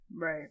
Right